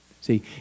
See